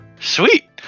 sweet